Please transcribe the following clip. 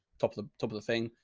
top of the top of the thing,